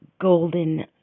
golden